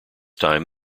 time